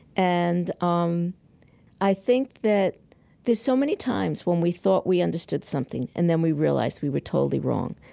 and um i think that there's so many times when we thought we understood something and then we realized we were totally wrong.